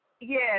Yes